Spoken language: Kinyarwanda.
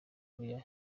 korea